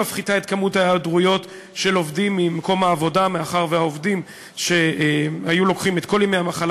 הצעת החוק מבקשת לקבוע כי הזכות לדמי מחלה